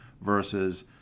versus